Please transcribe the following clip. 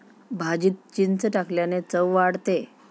भाजीत चिंच टाकल्याने चव वाढते